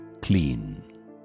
clean